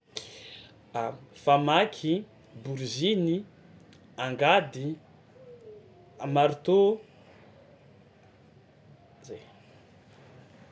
A famaky, boriziny, angady, marteau, zay.